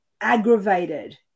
aggravated